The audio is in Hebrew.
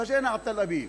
באג'ינא עא-תל אביב.